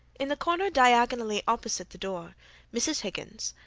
in the corner diagonally opposite the door mrs. higgins,